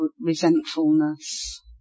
resentfulness